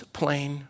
plain